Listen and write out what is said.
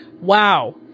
Wow